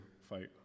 fight